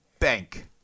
bank